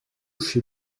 chez